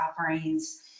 offerings